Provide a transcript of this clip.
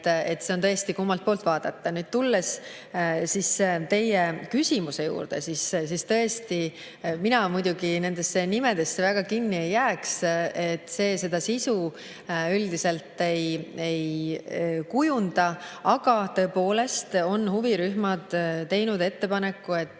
et see on tõesti nii, et kummalt poolt vaadata. Tulen nüüd teie küsimuse juurde. Tõesti, mina muidugi nendesse nimedesse väga kinni ei jääks, need sisu üldiselt ei kujunda. Aga tõepoolest on huvirühmad teinud ettepaneku, et